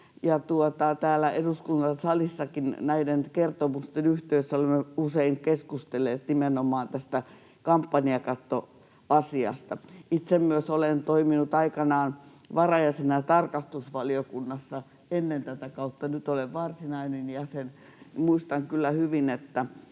Täällä eduskunnan salissakin näiden kertomusten yhteydessä olemme usein keskustelleet nimenomaan tästä kampanjakattoasiasta. Itse myös olen toiminut aikanaan varajäsenenä tarkastusvaliokunnassa — ennen tätä kautta, nyt olen varsinainen jäsen. Muistan kyllä hyvin, että